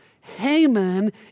Haman